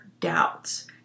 doubts